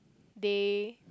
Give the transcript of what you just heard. they